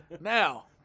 Now